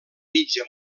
mitja